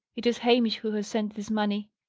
it is hamish who has sent this money.